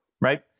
right